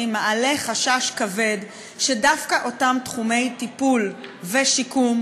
מעלה חשש כבד שדווקא אותם תחומי טיפול ושיקום,